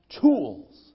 Tools